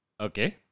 Okay